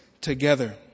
together